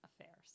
Affairs